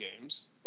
games